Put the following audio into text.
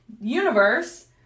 universe